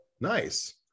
Nice